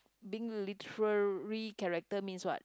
being literary character means what